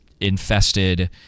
infested